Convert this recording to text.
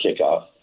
kickoff